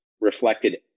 reflected